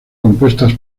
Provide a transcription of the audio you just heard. compuestas